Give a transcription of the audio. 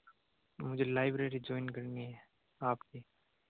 मुझे library join करनी है आपकी